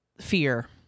fear